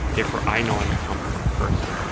therefore i know i'm a competent person.